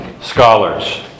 scholars